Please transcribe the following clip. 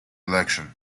election